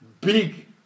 big